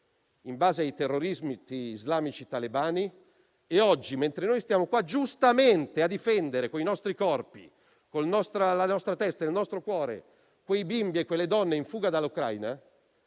in basi dei terroristi islamici e talebani e oggi, mentre noi siamo qua giustamente a difendere con i nostri corpi, con nostra la nostra testa e il nostro cuore i bimbi e le donne in fuga dall'Ucraina,